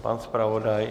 Pan zpravodaj?